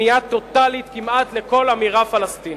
כניעה טוטלית כמעט לכל אמירה פלסטינית.